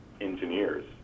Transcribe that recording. engineers